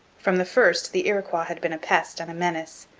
from the first the iroquois had been a pest and a menace,